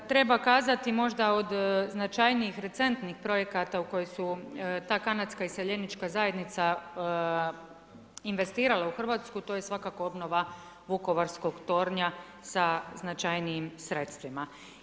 Treba kazati možda od značajnijih recentnih projekata u koja su ta kanadska iseljenička zajednica investirala u Hrvatsku to je svakako obnova vukovarskog tornja sa značajnijim sredstvima.